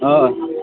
آ